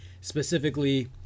specifically